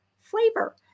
flavor